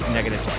Negative